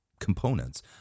Components